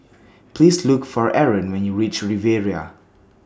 Please Look For Arron when YOU REACH Riviera